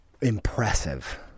impressive